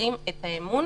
מחזירים את האמון